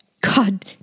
God